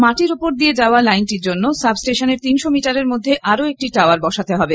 মাটির ওপর দিয়ে যাওয়া লাইনটির জন্য সাব্ স্টেশনের তিনশো মিটারের মধ্যে আরো একটি টাওয়ার বসাতে হবে